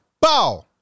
Bow